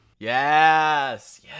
Yes